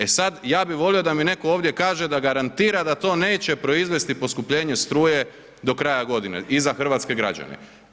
E sad ja bi volio da mi netko ovdje kaže da garantira da to neće proizvesti poskupljenje struje do kraja godine i za hrvatske građane.